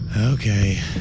Okay